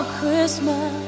Christmas